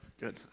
Good